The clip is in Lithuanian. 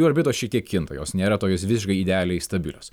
jų orbitos šiek tiek kinta jos nėra tokios visiškai idealiai stabilios